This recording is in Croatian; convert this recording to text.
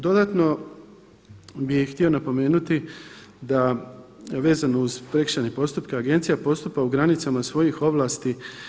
Dodatno bih htio napomenuti da vezano uz prekršajne postupke agencija postupa u granicama svojih ovlasti.